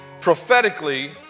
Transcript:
prophetically